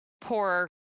poor